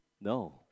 No